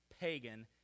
pagan